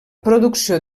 producció